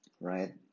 right